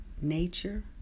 nature